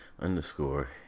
underscore